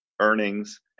earnings